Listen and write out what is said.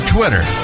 Twitter